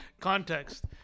context